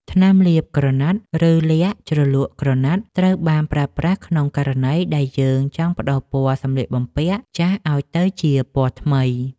ថ្នាំលាបក្រណាត់ ឬលក្ខណ៍ជ្រលក់ក្រណាត់ ត្រូវបានប្រើប្រាស់ក្នុងករណីដែលយើងចង់ប្ដូរពណ៌សម្លៀកបំពាក់ចាស់ឱ្យទៅជាពណ័ថ្មី។